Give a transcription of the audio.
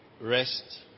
rest